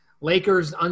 Lakers